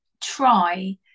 try